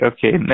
Okay